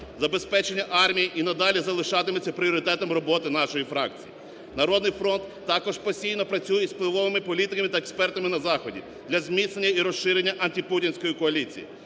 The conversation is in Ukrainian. Забезпечення армії і надалі залишатиметься пріоритетом роботи нашої фракції. "Народний фронт" також постійно працює і з впливовими політиками та експертами на Заході для зміцнення і розширення антипутінської коаліції.